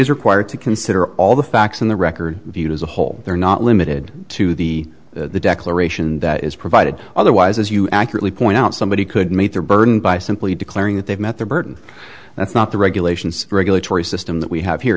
is required to consider all the facts in the record viewed as a whole they're not limited to the declaration that is provided otherwise as you accurately point out somebody could meet their burden by simply declaring that they've met their burden that's not the regulations regulatory system that we have